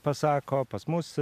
pasako pas mus